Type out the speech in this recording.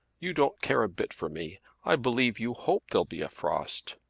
you don't care a bit for me. i believe you hope there'll be a frost.